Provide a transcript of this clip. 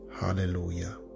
Hallelujah